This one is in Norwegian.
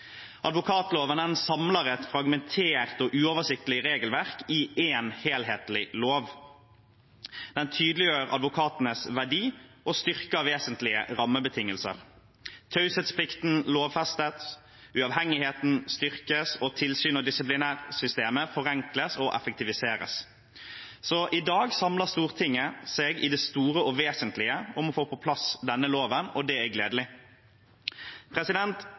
samler et fragmentert og uoversiktlig regelverk i én helhetlig lov. Den tydeliggjør advokatenes verdi og styrker vesentlige rammebetingelser. Taushetsplikten lovfestes, uavhengigheten styrkes, og tilsyns- og disiplinærsystemet forenkles og effektiviseres. Så i dag samler Stortinget seg i det store og vesentlige om å få på plass denne loven, og det er gledelig.